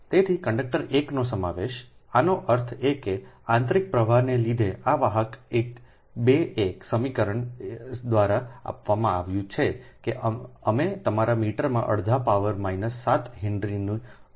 તેથી કંડક્ટર 1 નો સમાવેશઆનો અર્થ એ કે આંતરીક પ્રવાહને લીધે આ વાહક 21 સમીકરણ દ્વારા આપવામાં આવ્યું છે કે અમે તમારા મીટરમાં અડધા પાવર માઈનસ 7 હેનરીને અડધો જોયો છે